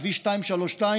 כביש 232,